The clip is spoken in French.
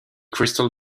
crystal